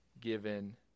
given